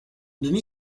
demi